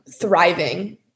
thriving